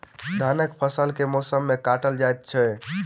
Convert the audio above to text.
धानक फसल केँ मौसम मे काटल जाइत अछि?